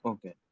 Okay